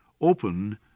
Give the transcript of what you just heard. open